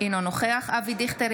אינו נוכח אבי דיכטר,